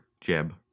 Jeb